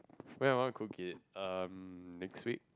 when I want to cook it um next week